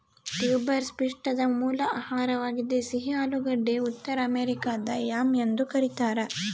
tuberous ಪಿಷ್ಟದ ಮೂಲ ಆಹಾರವಾಗಿದೆ ಸಿಹಿ ಆಲೂಗಡ್ಡೆ ಉತ್ತರ ಅಮೆರಿಕಾದಾಗ ಯಾಮ್ ಎಂದು ಕರೀತಾರ